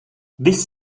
this